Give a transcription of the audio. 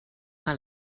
que